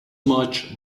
much